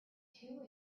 two